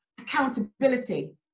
accountability